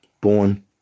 born